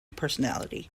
personality